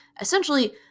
essentially